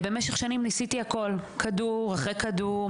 במשך שנים ניסיתי הכל כדור אחרי כדור,